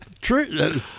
true